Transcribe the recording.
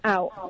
Out